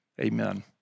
Amen